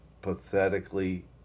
pathetically